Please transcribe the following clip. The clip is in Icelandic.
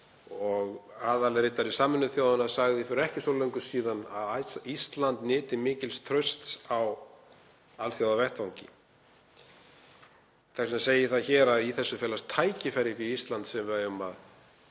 og aðalritari Sameinuðu þjóðanna sagði fyrir ekki svo löngu síðan að Ísland nyti mikils trausts á alþjóðavettvangi. Þess vegna segi ég það hér að í þessu felast tækifæri fyrir Ísland sem við eigum